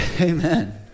Amen